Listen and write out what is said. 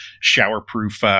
shower-proof